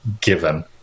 given